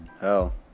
hell